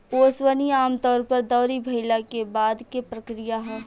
ओसवनी आमतौर पर दौरी भईला के बाद के प्रक्रिया ह